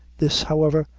this, however,